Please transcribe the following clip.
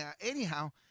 Anyhow